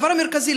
הדבר המרכזי,